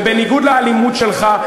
ובניגוד לאלימות שלך.